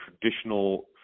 traditional